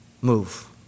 move